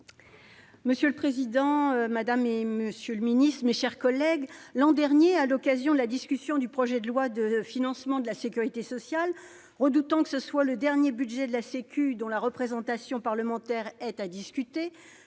Monsieur le président, madame la ministre, monsieur le secrétaire d'État, mes chers collègues, l'an dernier, à l'occasion de la discussion du projet de loi de financement de la sécurité sociale, redoutant que ce ne soit le dernier budget de la « Sécu » dont la représentation parlementaire ait à discuter,